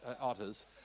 otters